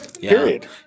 period